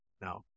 No